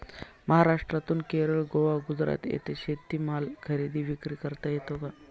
महाराष्ट्रातून केरळ, गोवा, गुजरात येथे शेतीमाल खरेदी विक्री करता येतो का?